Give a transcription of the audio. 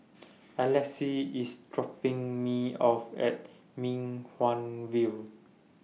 Alexys IS dropping Me off At Mei Hwan View